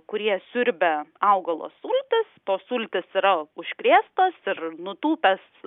kurie siurbia augalo sultis tos sultys yra užkrėstos ir nutūpęs